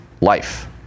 life